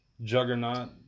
Juggernaut